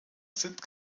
sind